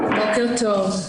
בוקר טוב,